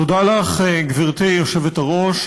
תודה לך, גברתי היושבת-ראש.